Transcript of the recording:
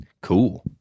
cool